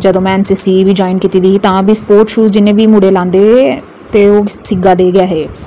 जंदू में N C C बी जााइन कीती दी ही ते स्पोर्ट्स शूज जिन्ने बी मुड़े लांदे हे ओह् सेगा दे गै हे